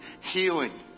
healing